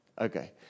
Okay